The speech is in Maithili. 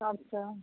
अच्छा